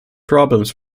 problems